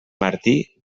martí